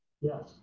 Yes